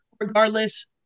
regardless